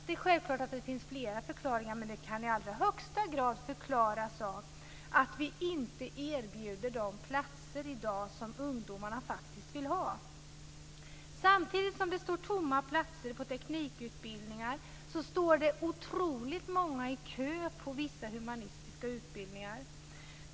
Det är självklart att det finns flera förklaringar, men det kan i allra högsta grad förklaras av att vi i dag inte erbjuder de platser som ungdomarna faktiskt vill ha. Samtidigt som det står tomma platser på teknikutbildningar står det otroligt många i kö till vissa humanistiska utbildningar.